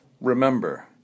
Remember